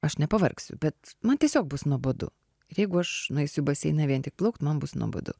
aš nepavargsiu bet man tiesiog bus nuobodu ir jeigu aš nueisiu į baseiną vien tik plaukt man bus nuobodu